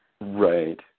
Right